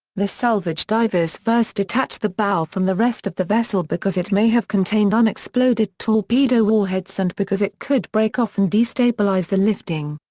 the salvage divers first detached the bow from the rest of the vessel because it may have contained unexploded torpedo warheads and because it could break off and destabilize the lifting.